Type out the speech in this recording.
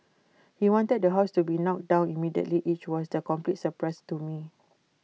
he wanted the house to be knocked down immediately which was A complete surprise to me